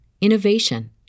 innovation